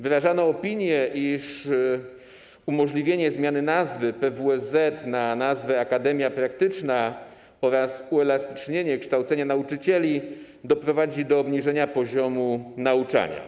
Wyrażano opinię, iż umożliwienie zmiany nazwy „PWSZ” na nazwę „akademia praktyczna” oraz uelastycznienie kształcenia nauczycieli doprowadzi do obniżenia poziomu nauczania.